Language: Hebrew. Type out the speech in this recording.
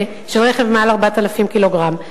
מספר הרכבים הללו בכביש אל מול מספר